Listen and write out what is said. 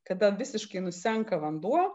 kada visiškai nusenka vanduo